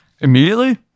Immediately